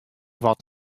wat